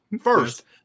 First